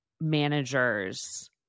Managers